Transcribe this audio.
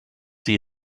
sie